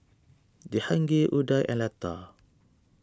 Jehangirr Udai and Lata